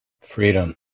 Freedom